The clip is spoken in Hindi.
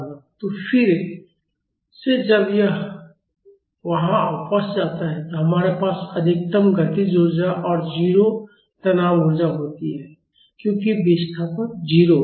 तो फिर से जब यह यहाँ वापस आता है तो हमारे पास अधिकतम गतिज ऊर्जा और 0 तनाव ऊर्जा होती है क्योंकि विस्थापन 0 होता है